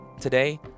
Today